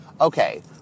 okay